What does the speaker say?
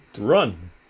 Run